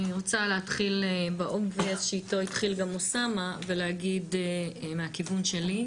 אני רוצה להתחיל באובייס שאיתו התחיל גם אוסאמה ולהגיד מהכיוון שלי,